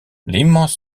l’immense